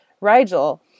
Rigel